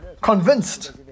convinced